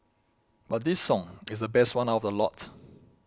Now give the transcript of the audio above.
but this song is the best one out of the lot